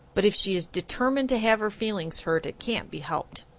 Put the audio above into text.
but if she is determined to have her feelings hurt it can't be helped.